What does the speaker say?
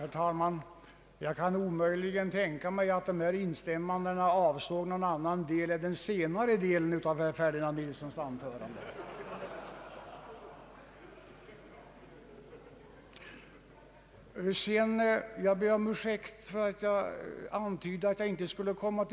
Herr talman! Jag kan omöjligen tänka mig att dessa instämmanden avsåg någon annan del än den senare i herr Ferdinand Nilssons anförande. Jag ber sedan kommaren om ursäkt för att jag antydde att jag inte skulle återkomma